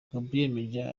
gabriel